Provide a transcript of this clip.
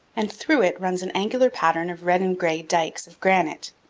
and through it runs an angular pattern of red and gray dikes of granite.